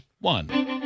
one